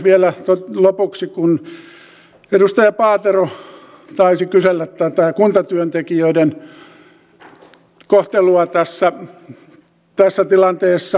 vielä lopuksi kun edustaja paatero taisi kysellä kuntatyöntekijöiden kohtelua tässä tilanteessa